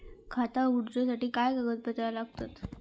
खाता उगडूच्यासाठी काय कागदपत्रा लागतत?